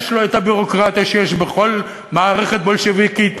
יש לו את הביורוקרטיה שיש בכל מערכת בולשביקית.